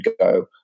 go